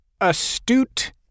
astute